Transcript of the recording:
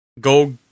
Go